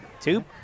Two